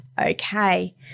okay